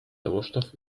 sauerstoff